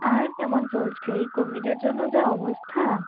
আর কেমন চলছে এই কোভিডের জন্য যা অবস্থা